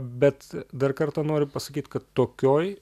bet dar kartą noriu pasakyt kad tokioj